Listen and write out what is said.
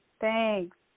Thanks